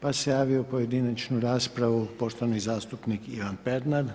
Pa se javio pojedinačnu raspravu poštovani zastupnik Ivan Pernar.